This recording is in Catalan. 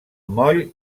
moll